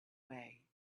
way